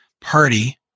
party